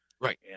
Right